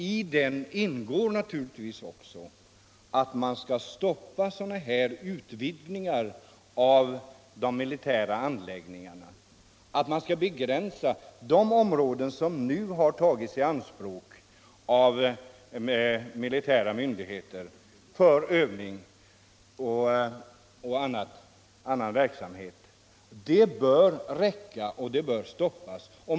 I den ingår naturligtvis att man skall stoppa utvidgningar av de militära anläggningarna och begränsa de områden som nu har tagits i anspråk av militära myndigheter för övningar.